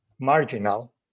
marginal